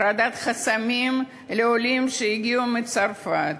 בהורדת חסמים לעולים שהגיעו מצרפת,